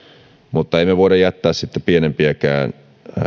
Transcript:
mutta emme me voi jättää pienempiäkään